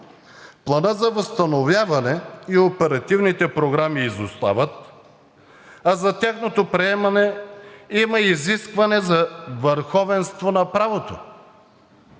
Планът за възстановяване и оперативните програми изостават, а за тяхното приемане има изискване за върховенство на правото.